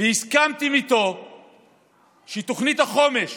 והסכמתם איתו שתוכנית החומש